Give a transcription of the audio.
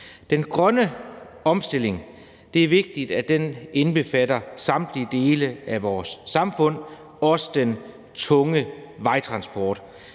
den grønne omstilling indbefatter samtlige dele af vores samfund, også den tunge vejtransport,